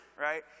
right